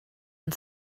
and